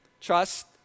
Trust